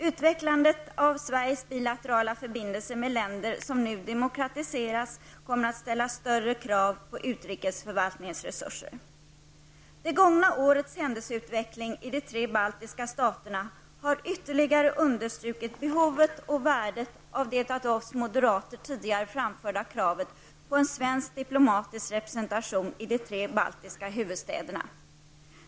Utvecklandet av Sveriges bilaterala förbindelser med länder som nu demokratiseras kommer att ställa större krav på utrikesförvaltningens resurser. Det gångna årets händelsutveckling i de tre baltiska staterna har ytterligare understrukit behovet och värdet av det av oss moderater tidigare framförda kravet på en svensk diplomatisk representation i de tre baltiska huvudstäderna.